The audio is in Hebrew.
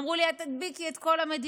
אמרו לי: את תדביקי את כל המדינה,